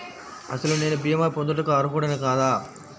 అసలు నేను భీమా పొందుటకు అర్హుడన కాదా?